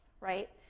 right